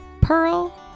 Pearl